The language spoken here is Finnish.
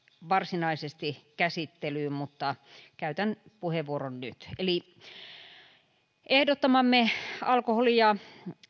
varsinaisesti käsittelyyn mutta käytän puheenvuoron nyt ehdottamamme alkoholi ja